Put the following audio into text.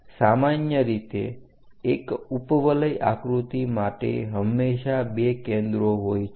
સામાન્ય રીતે એક ઉપવલય આકૃતિ માટે હંમેશા 2 કેન્દ્રો હોય છે